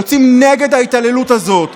יוצאים נגד ההתעללות הזאת.